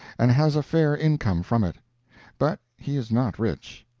and has a fair income from it but he is not rich.